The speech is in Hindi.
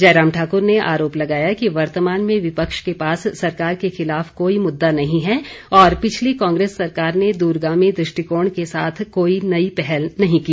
जयराम ठाकुर ने आरोप लगाया कि वर्तमान में विपक्ष के पास सरकार के खिलाफ कोई मुद्दा नहीं है और पिछली कांग्रेस सरकार ने दूरगामी दृष्टिकोण के साथ कोई नई पहल नहीं की